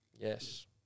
Yes